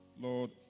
Lord